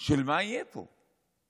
של מה יהיה פה.